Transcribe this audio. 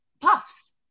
puffs